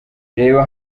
reba